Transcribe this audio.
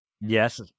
Yes